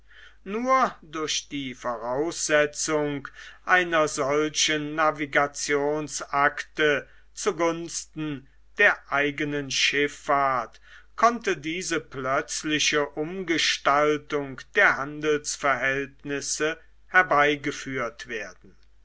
nur durch die voraussetzung einer solchen navigationsakte zu gunsten der eigenen schiffahrt konnte diese plötzliche umgestaltung der handelsverhältnisse herbeigeführt werden